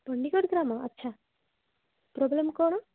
ପଣ୍ଡିିକଡ଼ ଗ୍ରାମ ଆଚ୍ଛା ପ୍ରୋବ୍ଲେମ କ'ଣ